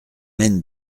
men